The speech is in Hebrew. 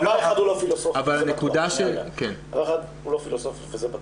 דבר אחד הוא לא פילוסופי, זה בטוח.